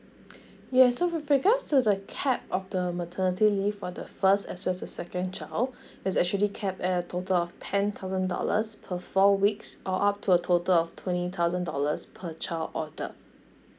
yes so with regards to the cap of the maternity leave for the first as well as the second child is actually caped at a total of ten thousand dollars per four weeks or up to a total of twenty thousand dollars per child order